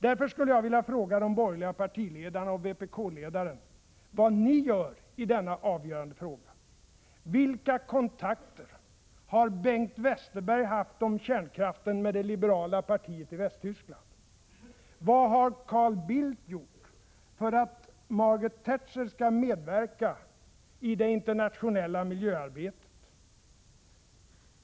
Därför skulle jag vilja fråga de borgerliga partiledarna och vpk-ledaren vad ni gör i denna avgörande fråga. Vilka kontakter har Bengt Westerberg haft om kärnkraften med det liberala partiet i Västtyskland? Vad har Carl Bildt gjort för att Margaret Thatcher skall medverka i det internationella miljöarbetet?